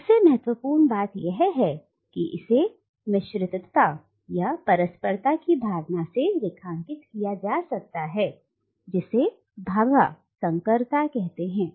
और सबसे महत्वपूर्ण बात यह है कि इसे मिश्रितता या परस्परता की भावना से रेखांकित किया जा सकता है जिसे भाभा संकरता कहते हैं